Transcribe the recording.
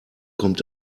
kommt